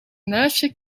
muisje